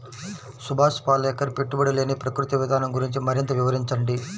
సుభాష్ పాలేకర్ పెట్టుబడి లేని ప్రకృతి విధానం గురించి మరింత వివరించండి